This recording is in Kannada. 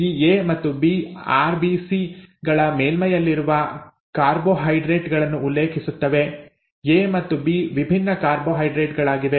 ಈ ಎ ಮತ್ತು ಬಿ ಆರ್ಬಿಸಿ ಗಳ ಮೇಲ್ಮೈಯಲ್ಲಿರುವ ಕಾರ್ಬೋಹೈಡ್ರೇಟ್ ಗಳನ್ನು ಉಲ್ಲೇಖಿಸುತ್ತವೆ ಎ ಮತ್ತು ಬಿ ವಿಭಿನ್ನ ಕಾರ್ಬೋಹೈಡ್ರೇಟ್ ಗಳಾಗಿವೆ